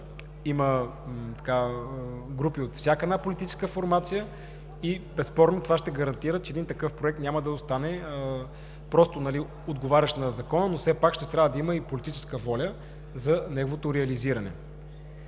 има групи от всяка една политическа формация и това безспорно ще гарантира, че един такъв проект няма да остане просто отговарящ на закона, все пак ще трябва да има и политическа воля за неговото реализиране.